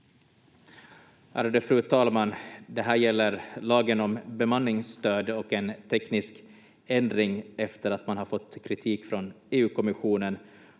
Ärade fru talman! Det här gäller lagen om bemanningsstöd och en teknisk ändring efter att man har fått kritik från EU-kommissionen,